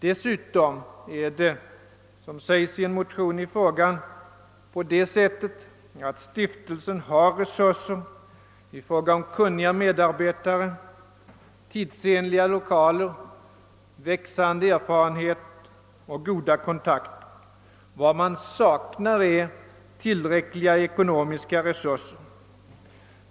Dessutom är det — såsom framhållits i en motion i frågan — på det sättet att stiftelsen har resurser i form av kunniga medarbetare, tidsenliga lokaler, växande erfarenhet och goda kontakter. Vad man saknar är tillräckliga ekonomiska resurser.